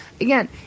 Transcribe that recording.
Again